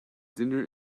dinner